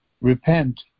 Repent